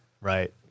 Right